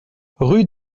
rue